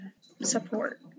support